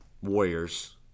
Warriors